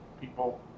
people